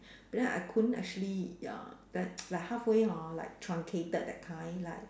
but then I couldn't actually ya like like halfway hor like truncated that kind like